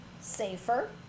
Safer